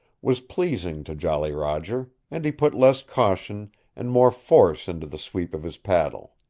was pleasing to jolly roger, and he put less caution and more force into the sweep of his paddle.